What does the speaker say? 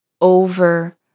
over